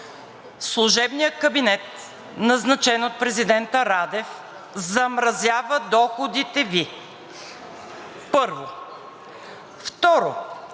служебният кабинет, назначен от президента Радев, замразява доходите Ви, първо. Второ,